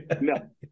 No